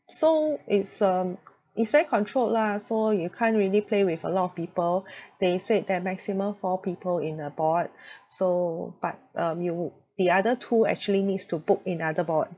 so it's um it's very controlled lah so you can't really play with a lot of people they said that maximum four people in a board so but um you the other two actually needs to book in other board